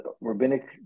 rabbinic